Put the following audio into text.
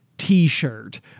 T-shirt